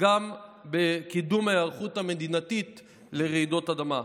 גם בקידום ההיערכות המדינתית לרעידות אדמה.